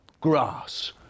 Grass